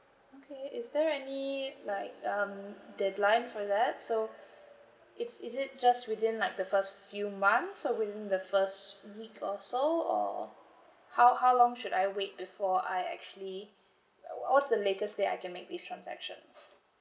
okay is there any like um deadline for that so is is it just within like the first few months or within the first week or so or how how long should I wait before I actually like what what's the latest date I can make this transactions